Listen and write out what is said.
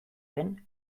den